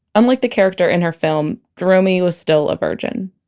unlike the character in her film, jeromey was still a virgin.